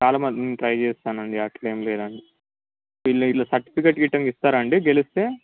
చాలామంది ట్రై చేస్తాను అండి అట్లేమ్ లేదండి దీంట్లో గిట్లా సర్టిఫికెట్ ఇట్లాగా ఇస్తారు అండి గెలిస్తే